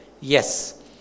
yes